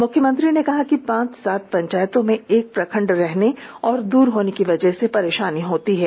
मुख्यमंत्री ने कहा है कि पांच सात पंचायतों में एक प्रखंड रहने और दूर होने की वजह से परेशानी होती है